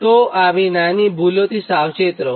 તો આવી નાની ભૂલો થવાથી સચેત રહો